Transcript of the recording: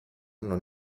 non